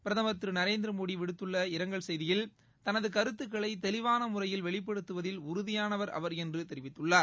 பிரதமர் திருநரேந்திரமோடிவிடுத்துள்ள இரங்கல் செய்தியில் தனதுகருத்துக்களைதெளிவானமுறையில் வெளிப்படுத்துவதில் உறுதியானவர் என்றுதெரிவித்துள்ளார்